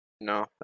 No